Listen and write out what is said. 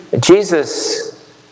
Jesus